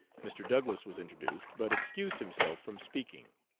mr. douglass was introduced, but excused himself from speaking.